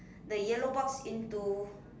the yellow box into